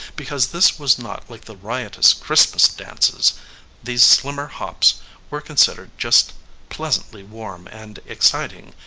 because this was not like the riotous christmas dances these summer hops were considered just pleasantly warm and exciting,